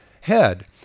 head